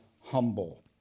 humble